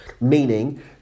meaning